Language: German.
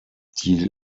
die